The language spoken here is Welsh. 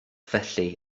felly